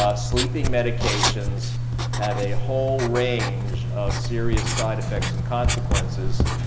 um sleeping medications have a whole range of serious side effects and consequences.